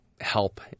help